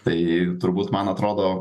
tai turbūt man atrodo